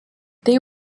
they